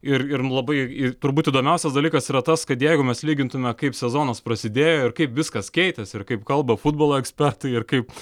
ir ir labai ir turbūt įdomiausias dalykas yra tas kad jeigu mes lygintume kaip sezonas prasidėjo ir kaip viskas keitėsi ir kaip kalba futbolo ekspertai ir kaip